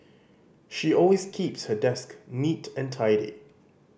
she always keeps her desk neat and tidy